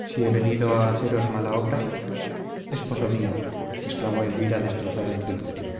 si he venido a haceros mala obra esposo mío exclamó elvira destrozada en su interior